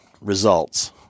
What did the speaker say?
results